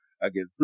Again